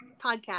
podcast